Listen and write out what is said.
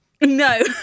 No